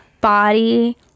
body